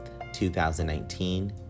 2019